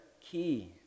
key